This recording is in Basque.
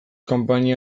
kanpaia